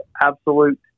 absolute